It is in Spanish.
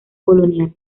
colonial